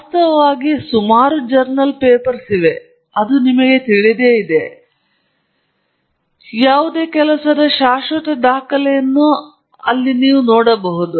ವಾಸ್ತವವಾಗಿ journal papers ಸುಮಾರು ಅಂದರೆ ಮತ್ತು ನಿಮಗೆ ತಿಳಿದಿದೆ ಯಾವ ಕೆಲಸದ ಶಾಶ್ವತ ದಾಖಲೆಯನ್ನು ಮಾಡಲಾಗಿದೆ